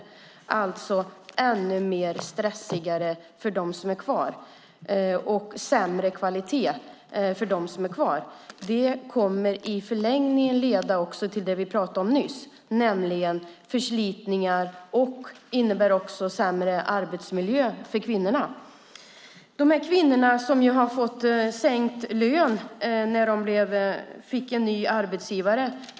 Det blir alltså ännu stressigare för dem som är kvar, och det blir sämre kvalitet för dem som är kvar. Det kommer i förlängningen att leda till det som vi pratade om nyss, nämligen förslitningar. Det innebär också en sämre arbetsmiljö för kvinnorna. De här kvinnorna fick sänkt lön när de fick en ny arbetsgivare.